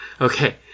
Okay